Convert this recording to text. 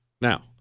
Now